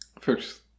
First